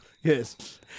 Yes